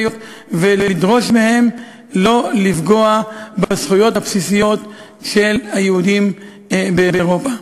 ולדרוש מהן לא לפגוע בזכויות הבסיסיות של היהודים באירופה.